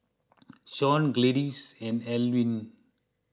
Shauna Gladyce and Alwin